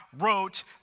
wrote